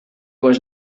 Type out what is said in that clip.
was